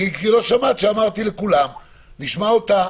כי לא שמעת שאמרתי לכולם נשמע אותה,